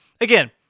Again